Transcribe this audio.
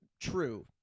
true